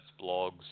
blogs